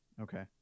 Okay